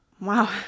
Wow